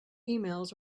emails